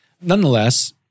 Nonetheless